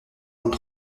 vingt